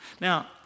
Now